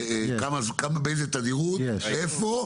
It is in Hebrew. באיזו תדירות ואיפה.